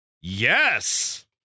Yes